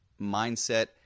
mindset